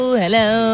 hello